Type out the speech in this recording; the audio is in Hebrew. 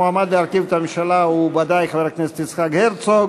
המועמד להרכיב את הממשלה הוא ודאי חבר הכנסת יצחק הרצוג.